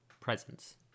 presence